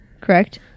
Correct